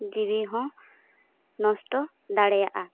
ᱡᱤᱣᱤ ᱦᱚᱸ ᱱᱚᱥᱴᱚ ᱫᱟᱲᱮᱭᱟᱜᱼᱟ